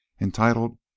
entitled